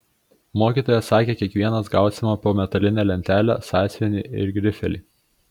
mokytoja sakė kiekvienas gausime po metalinę lentelę sąsiuvinį ir grifelį